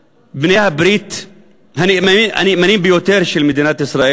בעלי-הברית הנאמנים ביותר של מדינת ישראל,